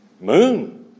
Moon